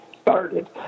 started